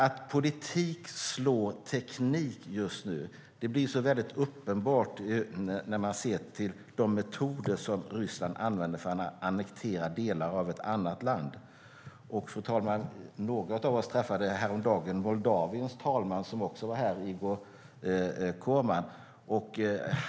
Att politik slår teknik nu blir så uppenbart när man ser till de metoder som Ryssland använder för att annektera delar av ett annat land. Fru talman! Några av oss träffade häromdagen Moldaviens talman Igor Corman.